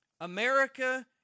America